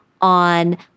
on